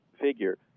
figure